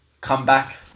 comeback